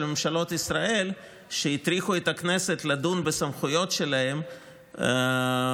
ממשלות ישראל שהטריחו את הכנסת לדון בסמכויות שלהם במשך,